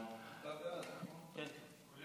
אנחנו